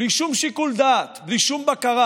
בלי שום שיקול דעת, בלי שום בקרה,